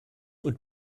und